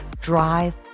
drive